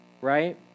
right